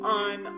on